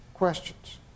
questions